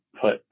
put